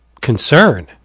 concern